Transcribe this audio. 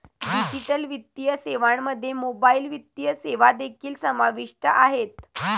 digital वित्तीय सेवांमध्ये mobile वित्तीय सेवा देखील समाविष्ट आहेत